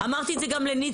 אמרתי את זה גם לניצה.